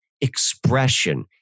expression